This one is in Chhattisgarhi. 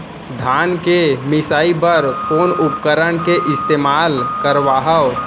धान के मिसाई बर कोन उपकरण के इस्तेमाल करहव?